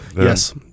Yes